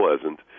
pleasant